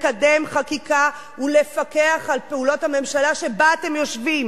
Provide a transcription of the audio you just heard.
לקדם חקיקה ולפקח על פעולות הממשלה שבה אתם יושבים.